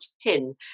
tin